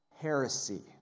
heresy